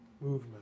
movement